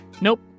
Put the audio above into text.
nope